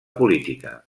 política